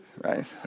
right